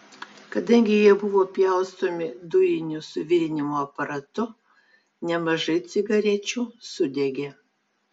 kadangi jie buvo pjaustomi dujiniu suvirinimo aparatu nemažai cigarečių sudegė